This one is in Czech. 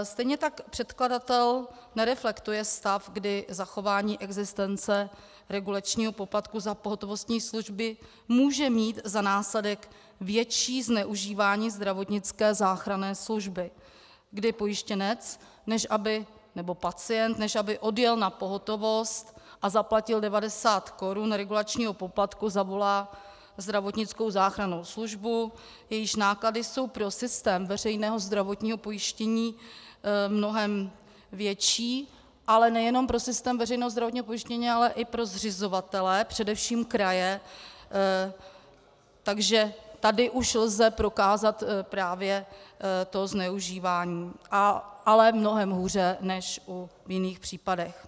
Stejně tak předkladatel nereflektuje stav, kdy zachování existence regulačního poplatku za pohotovostní služby může mít za následek větší zneužívání zdravotnické záchranné služby, když pojištěnec nebo pacient, než aby odjel na pohotovost a zaplatil 90 korun regulačního poplatku, zavolá zdravotnickou záchrannou službu, jejíž náklady jsou pro systém veřejného zdravotního pojištění mnohem větší, ale nejen pro systém veřejného zdravotního pojištění, ale i pro zřizovatele, především kraje, takže tady už lze prokázat právě zneužívání, ale mnohem hůře než v jiných případech.